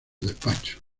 despachos